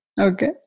Okay